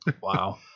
Wow